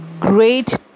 great